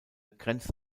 grenzt